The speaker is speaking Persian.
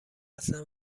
اصلا